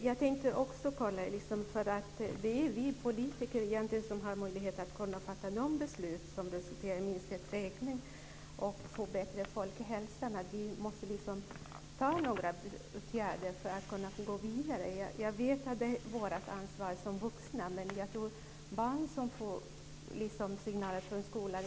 Fru talman! Jag tänkte kolla en sak till. Det är ju egentligen vi politiker som har möjlighet att fatta de beslut som resulterar i minskad rökning och förbättrad folkhälsa. Vi måste vidta några åtgärder för att kunna gå vidare. Jag vet att detta är vårt ansvar som vuxna, men jag tror att barn också får signaler från skolan.